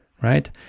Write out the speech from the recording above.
right